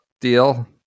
deal